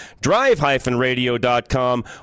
drive-radio.com